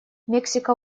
мексика